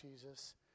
Jesus